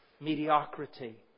mediocrity